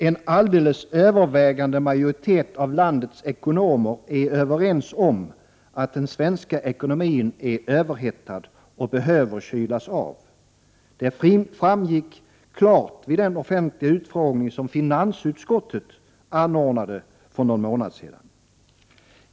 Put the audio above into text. En alldeles övervägande majoritet av landets ekonomer är överens om att den svenska ekonomin är överhettad och behöver kylas av. Det framgick klart vid den offentliga utfrågning som finansutskottet anordnade för någon månad sedan.